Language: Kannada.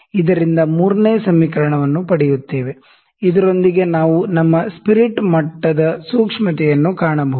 ಇದರಿಂದ 3 ನೇ ಸಮೀಕರಣವನ್ನು ಪಡೆಯುತ್ತೇವೆ ಇದರೊಂದಿಗೆ ನಾವು ನಮ್ಮ ಸ್ಪಿರಿಟ್ ಮಟ್ಟದ ಸೂಕ್ಷ್ಮತೆಯನ್ನು ಕಾಣಬಹುದು